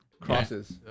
crosses